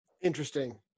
Interesting